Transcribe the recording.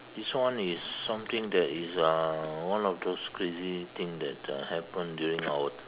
this one is something that is uh one of those crazy thing that uh happened during our